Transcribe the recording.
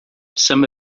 some